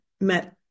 met